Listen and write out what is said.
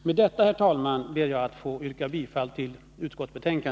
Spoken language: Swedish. Med detta, herr talman, ber jag att få yrka bifall till utskottets hemställan.